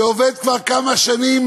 שעובד כבר כמה שנים,